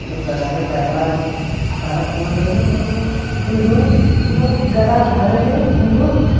ᱟᱫᱚ ᱜᱟᱰᱟᱨᱮ ᱯᱟᱭᱨᱟ ᱯᱟᱭᱨᱟᱜ ᱠᱟᱱᱟᱞᱮᱫᱚ ᱟᱫᱚ ᱩᱱᱤᱫᱚ ᱢᱟᱱᱮ ᱜᱟᱰᱟ ᱫᱷᱟᱨᱮ ᱨᱮ ᱩᱱᱤᱫᱚ